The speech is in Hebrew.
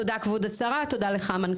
תודה כבוד השרה, תודה לך המנכ"ל, כל טוב.